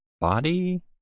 body